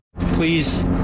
Please